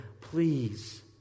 please